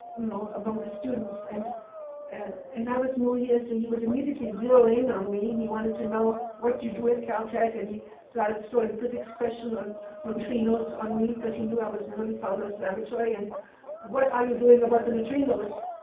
you know among the students and and and i was new here, so he would immediately zero in on me. and he wanted to know what you do at caltech and he started throwing physics questions neutrinos on me, because he knew i was in willy fowler's laboratory. and what are you doing about the neutrinos?